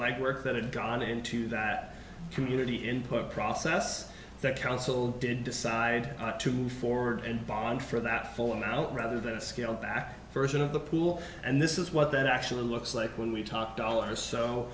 legwork that had gone into that community input process that council did decide to move forward and bond for that full amount rather than a scaled back version of the pool and this is what that actually looks like when we talk dollars so